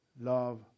love